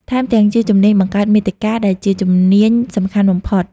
ថែមទាំងជាជំនាញបង្កើតមាតិកា ដែលជាជំនាញសំខាន់បំផុត។